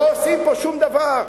לא עושים פה שום דבר,